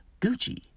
Gucci